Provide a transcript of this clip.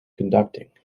conducting